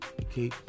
okay